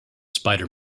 spider